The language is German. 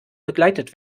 begleitet